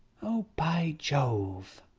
oh, by jove,